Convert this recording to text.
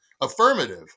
affirmative